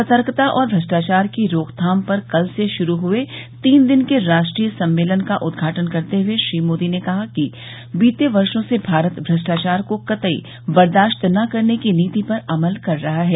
सतर्कता और भ्रष्टाचार की रोकथाम पर कल से शुरू हुए तीन दिन के राष्ट्रीय सम्मेलन का उद्घाटन करते हुए श्री मोदी ने कहा कि बीते वर्षों से भारत भ्रष्टाचार को कतई बर्दाश्त न करने की नीति पर अमल कर रहा है